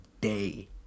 day